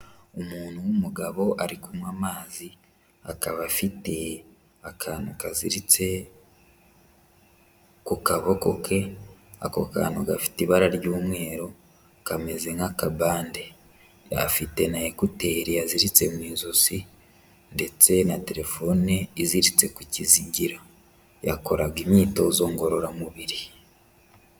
Umuntu w'umugabo ari kunywa amazi, akaba afite akantu gaziritse ku kaboko ke, ako kantu gafite ibara ry'umweru kameze nk'akabande, afite na ekuteri yaziritse mu ijosi ndetse na telefone iziritse ku kizigira, yakoraga imyitozo ngororamubiri.